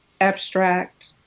abstract